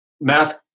math